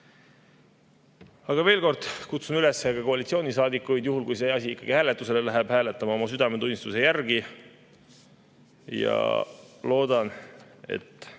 Veel kord kutsun üles koalitsioonisaadikuid, juhul kui see asi ikkagi hääletusele läheb, hääletama oma südametunnistuse järgi. Ja loodan, et